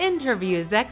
interviews